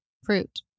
Fruit